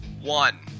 One